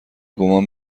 گمان